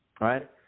Right